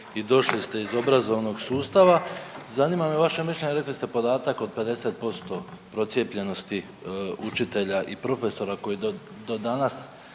i došli ste iz obrazovnog sustava. Zanima me vaše mišljenje, rekli ste podatak od 50% procijepljenosti učitelja i profesora koji do danas